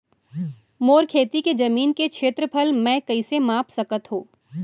मोर खेती के जमीन के क्षेत्रफल मैं कइसे माप सकत हो?